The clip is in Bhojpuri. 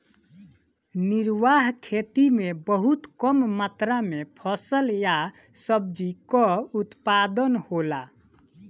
निर्वाह खेती में बहुत कम मात्र में फसल या सब्जी कअ उत्पादन होला